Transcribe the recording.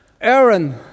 Aaron